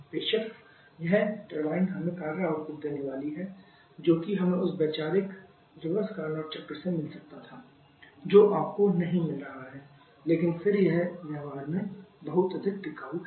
बेशक वह टरबाइन हमें कार्य आउटपुट देने वाली है जो कि हमें उस वैचारिक रिवर्स कार्नोट चक्र से मिल सकता था जो आपको नहीं मिल रहा है लेकिन फिर भी यह व्यवहार में बहुत अधिक टिकाऊ है